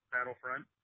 Battlefront